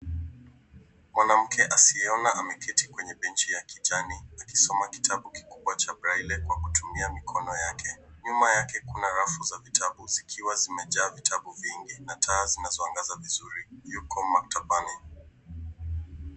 Mwanamke asiyeona ameketi kwenye benchi ya kijani akisoma kitabu kikubwa cha braille kwa kutumia mikono yake. Nyuma yake kuna rafu za vitabu zikiwa zimejaa vitabu vingi na taa zinazoangaza vizuri. Yuko maktabani.